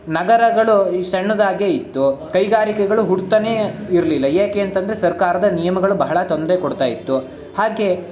ನಗರಗಳು ಇಷ್ಟ್ ಸಣ್ಣದಾಗೇ ಇತ್ತು ಕೈಗಾರಿಕೆಗಳು ಹುಟ್ತಲೇ ಇರಲಿಲ್ಲ ಏಕೆ ಅಂತಂದರೆ ಸರ್ಕಾರದ ನಿಯಮಗಳು ಬಹಳ ತೊಂದರೆ ಕೊಡ್ತಾ ಇತ್ತು ಹಾಗೇ